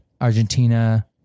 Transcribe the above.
Argentina